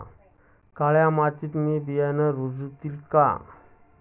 काळ्या मातीत बियाणे रुजतील का?